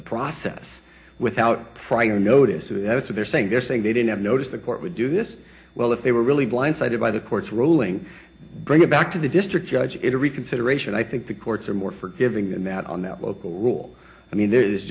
the process without prior notice and that's what they're saying they're saying they didn't have notice the court would do this well if they were really blindsided by the court's ruling bring it back to the district judge it a reconsideration i think the courts are more forgiving than that on that local rule i mean there